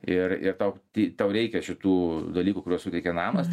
ir ir tau tai tau reikia šitų dalykų kuriuos suteikia namas